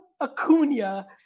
Acuna